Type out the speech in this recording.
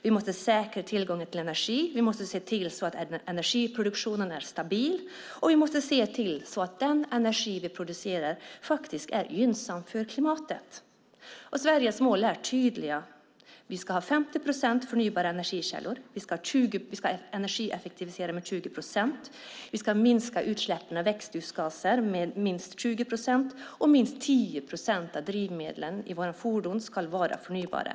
Vi måste säkra tillgången till energi, se till att energiproduktionen är stabil och att den energi vi producerar faktiskt är gynnsam för klimatet. Sveriges mål är tydliga. Vi ska ha 50 procent förnybara energikällor. Vi ska energieffektivisera med 20 procent. Vi ska minska utsläppen av växthusgaser med minst 20 procent, och minst 10 procent av drivmedlen i våra fordon ska vara förnybara.